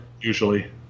Usually